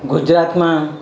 ગુજરાતમાં